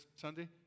Sunday